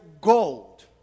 gold